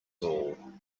all